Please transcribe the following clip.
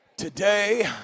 Today